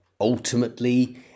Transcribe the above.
ultimately